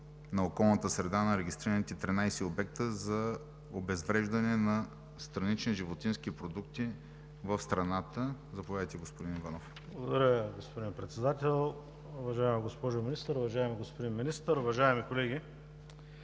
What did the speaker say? Благодаря Ви, господин Председател. Уважаема госпожо Министър, уважаеми господин Министър, уважаеми колеги!